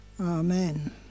Amen